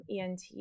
ENT